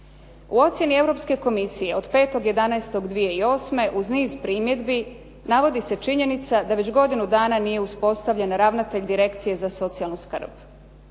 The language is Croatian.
U ocjeni Europske Komisije od 5.11.2008. uz niz primjedbi navodi se činjenica da već godinu nije uspostavljen ravnatelj Direkcije za socijalnu skrb.